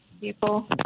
People